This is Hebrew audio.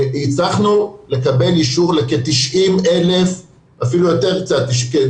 הצלחנו לקבל אישור לכ-90,000 ואפילו קצת יותר,